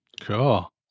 Cool